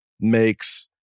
Makes